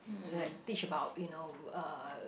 like teach about you know uh